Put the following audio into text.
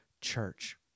church